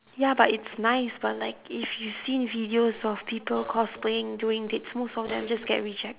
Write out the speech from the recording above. ya but it's nice but like if you've seen videos of people cosplaying during dates most of them just get reject~